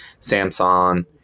Samsung